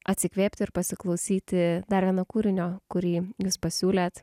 atsikvėpti ir pasiklausyti dar vieno kūrinio kurį jūs pasiūlėt